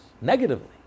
negatively